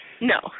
no